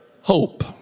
hope